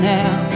now